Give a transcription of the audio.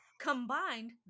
combined